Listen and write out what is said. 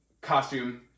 costume